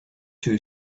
two